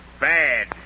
bad